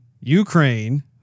Ukraine